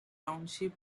township